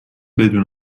بدون